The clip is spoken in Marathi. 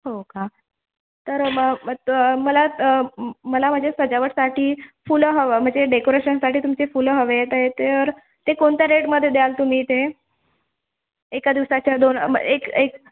हो का तर मग मग तर मला मला माझे सजावटसाठी फुलं हवं म्हणजे डेकोरशनसाठी तुमचे फुलं हवे ते तर ते कोणत्या रेटमधे द्याल तुम्ही ते एका दिवसाच्या दोन मग एक एक